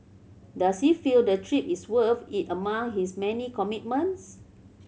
does he feel the trip is worth it among his many commitments